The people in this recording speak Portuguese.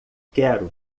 quero